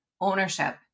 ownership